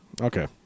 Okay